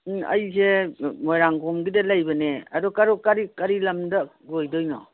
ꯎꯝ ꯑꯩꯁꯦ ꯃꯣꯏꯔꯥꯡꯈꯣꯝꯒꯤꯗ ꯂꯩꯕꯅꯦ ꯑꯗꯨ ꯀꯔꯤ ꯀꯔꯤ ꯂꯝꯗ ꯑꯣꯏꯗꯣꯏꯅꯣ